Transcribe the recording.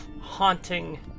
haunting